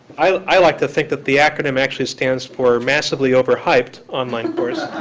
i like to think that the acronym actually stands for massively overhyped online course,